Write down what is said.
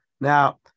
Now